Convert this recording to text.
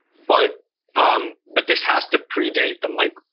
but um but this has to predate the mike.